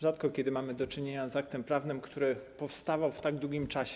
Rzadko kiedy mamy do czynienia z aktem prawnym, który powstawał w tak długim czasie.